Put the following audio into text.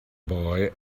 boy